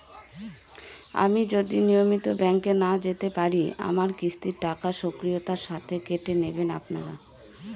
আমি যদি নিয়মিত ব্যংকে না যেতে পারি আমার কিস্তির টাকা স্বকীয়তার সাথে কেটে নেবেন আপনারা?